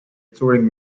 touring